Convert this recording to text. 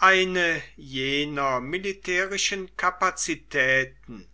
eine jener militärischen kapazitäten